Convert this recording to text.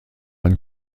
ein